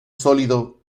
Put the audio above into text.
sólido